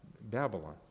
Babylon